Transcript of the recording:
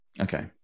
okay